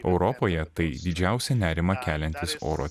europoje tai didžiausią nerimą keliantis oro